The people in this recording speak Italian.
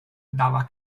dava